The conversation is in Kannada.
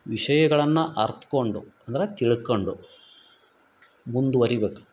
ವಿಷಯಗಳನ್ನ ಅರ್ತ್ಕೊಂಡು ಅಂದ್ರ ತಿಳ್ಕಂಡು ಮುಂದ್ವರಿಬೇಕು